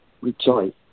rejoice